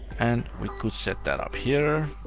and we could set that up here.